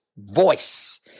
voice